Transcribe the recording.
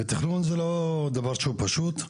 ותכנון זה לא דבר שהוא פשוט,